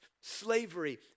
slavery